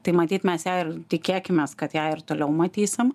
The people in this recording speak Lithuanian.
tai matyt mes ją ir tikėkimės kad ją ir toliau matysim